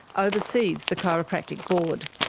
oversees the chiropractic board.